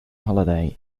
holiday